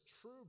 true